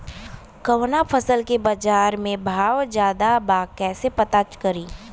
कवना फसल के बाजार में भाव ज्यादा बा कैसे पता करि?